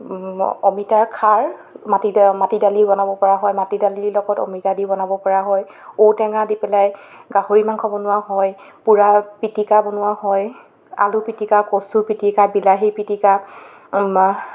অমিতা খাৰ মাটি দা মাটি দালি বনাব পৰা হয় মাটি দালিৰ লগত অমিতা দি বনাব পৰা হয় ঔ টেঙা দি পেলাই গাহৰি মাংস বনোৱা হয় পুৰা পিতিকা বনোৱা হয় আলু পিতিকা কচুৰ পিতিকা বিলাহীৰ পিতিকা